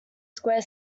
square